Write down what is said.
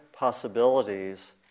possibilities